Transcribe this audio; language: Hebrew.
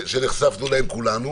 שנחשפנו אליהם כולנו,